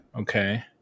okay